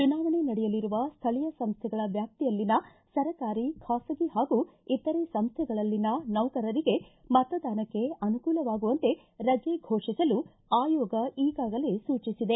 ಚುನಾವಣೆ ನಡೆಯಲಿರುವ ಸ್ವೀಯ ಸಂಸ್ಥೆಗಳ ವ್ಯಾಪ್ತಿಯಲ್ಲಿನ ಸರ್ಕಾರಿ ಖಾಸಗಿ ಹಾಗೂ ಇತರ ಸಂಸ್ಥೆಗಳಲ್ಲಿನ ನೌಕರರಿಗೆ ಮತದಾನಕ್ಕೆ ಅನುಕೂಲವಾಗುವಂತೆ ರಜೆ ಫೋಷಿಸಲು ಆಯೋಗ ಈಗಾಗಲೇ ಸೂಚಿಸಿದೆ